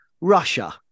Russia